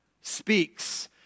speaks